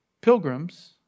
pilgrims